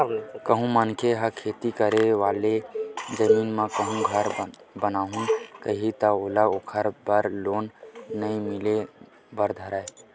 कहूँ मनखे ह खेती करे वाले जमीन म कहूँ घर बनाहूँ कइही ता ओला ओखर बर लोन नइ मिले बर धरय